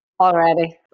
Already